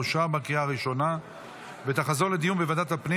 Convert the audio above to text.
אושרה בקריאה הראשונה ותחזור לדיון בוועדת הפנים